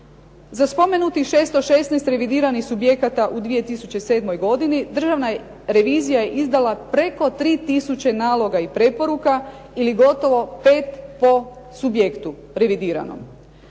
Za spomenutih 616 revidiranih subjekata u 2007. godini, Državna revizija je izdala preko 3 tisuće naloga i preporuka, ili gotovo 5 po subjektu revidiranom.